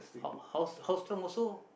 how how how strong also